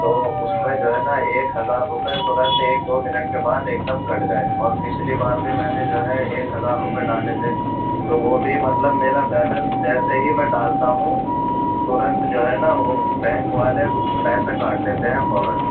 تو اس میں جو ہے نا ایک ہزار روپے ترنت ایک دو منٹ کے بعد ایک دم کٹ گئے اور پچھلی بار بھی میں نے جو ہے ایک ہزار روپے ڈالے تھے تو وہ بھی مطلب میرا بیلنس جیسے ہی میں ڈالتا ہوں ترنت جو ہے نا وہ بینک والے پیسہ کاٹ لیتے ہیں فوراً